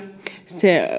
se